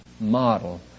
model